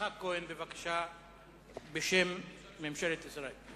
יצחק כהן, בשם ממשלת ישראל.